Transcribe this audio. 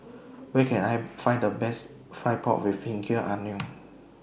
Where Can I Find The Best Fried Pork with Ginger Onions